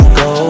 go